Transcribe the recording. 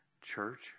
Church